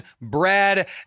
Brad